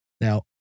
Now